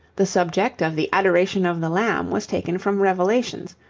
the subject of the adoration of the lamb was taken from revelations,